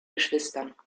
geschwistern